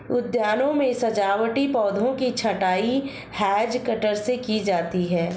उद्यानों में सजावटी पौधों की छँटाई हैज कटर से की जाती है